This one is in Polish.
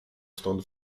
stąd